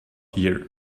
here